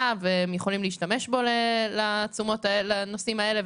והם יכולים להשתמש בו לנושאים האלה,